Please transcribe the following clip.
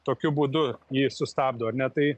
tokiu būdu jį sustabdo ar ne tai